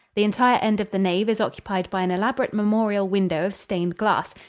the entire end of the nave is occupied by an elaborate memorial window of stained glass,